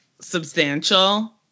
substantial